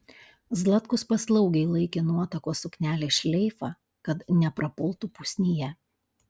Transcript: zlatkus paslaugiai laikė nuotakos suknelės šleifą kad neprapultų pusnyje